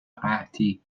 قحطی